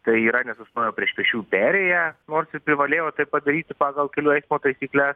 tai yra nesustojo prieš pėsčiųjų perėją nors ir privalėjo tai padaryti pagal kelių eismo taisykles